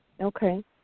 Okay